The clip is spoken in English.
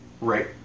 Right